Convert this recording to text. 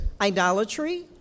Idolatry